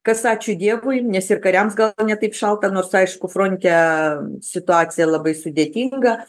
kas ačiū dievui nes ir kariams gal ne taip šalta nors aišku fronte situacija labai sudėtinga